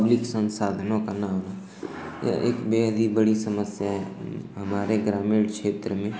public संसाधनों का न होना यह एक बेहद ही बड़ी समस्या है हमारे ग्रामीण क्षेत्र में